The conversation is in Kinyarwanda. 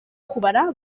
kubara